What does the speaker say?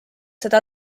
seda